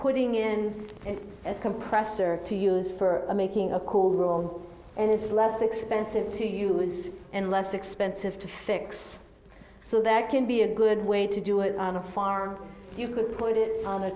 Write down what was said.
putting in a compressor to use for making a call roll and it's less expensive to use and less expensive to fix so that can be a good way to do it on a farm you could put it on a